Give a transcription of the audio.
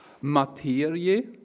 Materie